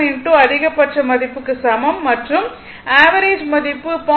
707 அதிகபட்ச மதிப்புக்கு சமம் மற்றும் ஆவரேஜ் மதிப்பு 0